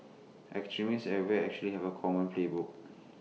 extremists everywhere actually have A common playbook